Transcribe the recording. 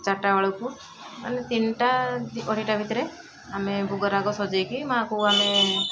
ଚାରିଟା ବେଳକୁ ତିନିଟା ଅଢ଼େଇଟା ଭିତେରେ ଆମେ ଭୋଗ ରାଗ ସଜେଇକି ମାଁଙ୍କୁ ଆମେ